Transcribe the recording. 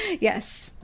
yes